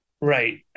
Right